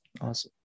Awesome